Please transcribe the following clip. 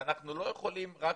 ואנחנו לא יכולים רק